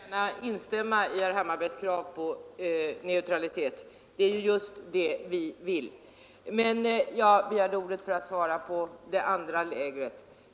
Herr talman! Jag vill gärna instämma i herr Hammarbergs krav på neutralitet. Det är just det vi vill ha. Men jag begärde ordet för att svara på det herr Hammarberg sade om det andra lägret.